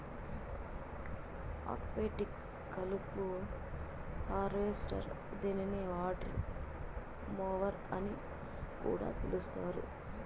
aquatic కలుపు harvester దీనిని water mower అని కూడా పిలుస్తారు